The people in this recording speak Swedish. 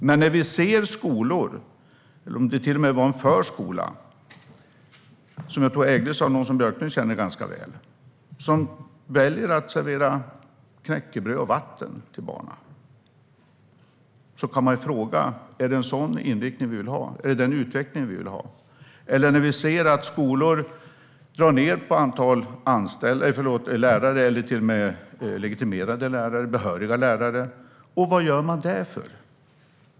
Men när skolor - det kanske till och med var en förskola, som jag tror ägdes av någon som Björklund känner ganska väl - väljer att servera knäckebröd och vatten till barnen kan man fråga sig: Är det en sådan inriktning vi vill ha? Är det den utvecklingen vi vill ha? Vi ser att skolor drar ned på antalet lärare - det är till och med legitimerade lärare och behöriga lärare. Varför gör man det?